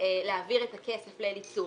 להעביר את הכסף לאליצור